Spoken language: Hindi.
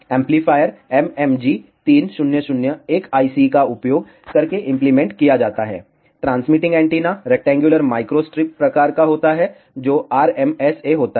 एम्पलीफायर MMG3001IC का उपयोग करके इंप्लीमेंट किया जाता है transmitting antenna rectangular micro strip प्रकार का होता है जो RMSA होता है